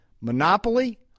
monopoly